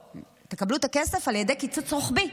לא, תקבלו את הכסף על ידי קיצוץ רוחבי,